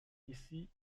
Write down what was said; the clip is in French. ici